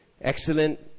Excellent